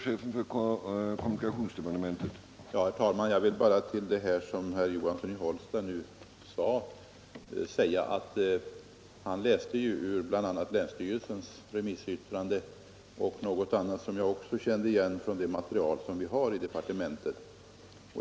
Herr talman! Herr Johansson i Hållsta läste här ur bl.a. länsstyrelsens yttrande och andra handlingar som jag också kände igen och som vi har i departementet.